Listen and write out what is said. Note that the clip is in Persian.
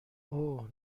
اوه